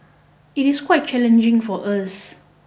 it is quite challenging for us